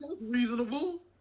reasonable